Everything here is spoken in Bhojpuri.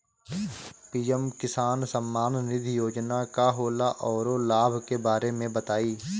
पी.एम किसान सम्मान निधि योजना का होला औरो लाभ के बारे में बताई?